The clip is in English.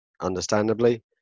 understandably